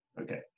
Okay